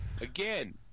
Again